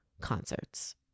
concerts